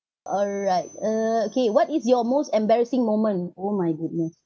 alright uh okay what is your most embarrassing moment oh my goodness